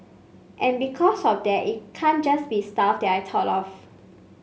and because of that it can't just be stuff that I thought of